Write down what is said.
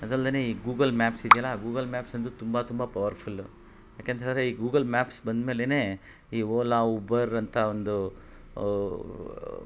ಅದಲ್ದೇ ಈ Google maps ಇದ್ಯಲ್ಲ ಆ ಗೂಗಲ್ ಮ್ಯಾಪ್ಸ್ ಅಂತು ತುಂಬ ತುಂಬ ಪವರ್ಫುಲ್ ಯಾಕೆಂತ್ಹೇಳಿದ್ರೆ ಈ ಗೂಗಲ್ ಮ್ಯಾಪ್ಸ್ ಬಂದ್ಮೇಲೆ ಈ ಓಲಾ ಊಬರ್ ಅಂತ ಒಂದು